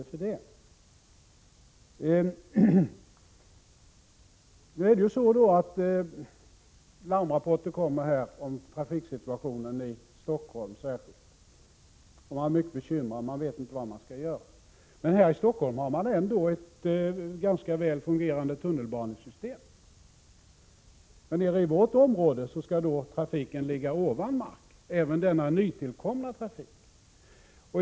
Nu kommer det larmrapporter om trafiksituationen, särskilt i Stockholm. Man är mycket bekymrad och vet inte vad man skall göra. Här i Stockholm finns ändå ett ganska väl fungerande tunnelbanesystem. Men nere i vårt område skall trafiken gå ovan mark, även denna tillkommande trafik.